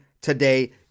today